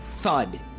thud